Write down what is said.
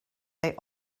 they